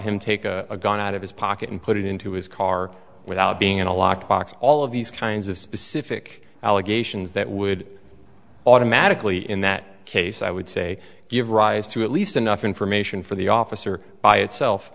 him take a gun out of his pocket and put it into his car without being in a locked box all of these kinds of specific allegations that would automatically in that case i would say give rise to at least enough information for the officer by itself